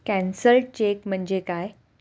Cancelled cheque म्हणजे काय?